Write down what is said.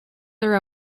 their